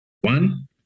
one